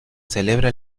celebra